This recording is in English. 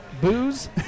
Booze